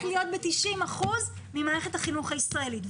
להיות ב-90 אחוזים ממערכת החינוך הישראלית.